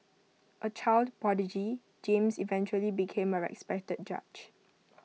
A child prodigy James eventually became A respected judge